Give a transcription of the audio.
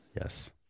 Yes